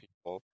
people